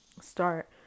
start